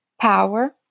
power